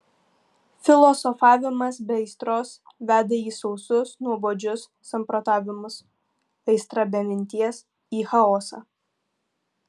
filosofavimas be aistros veda į sausus nuobodžius samprotavimus aistra be minties į chaosą